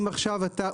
אם עכשיו אתה,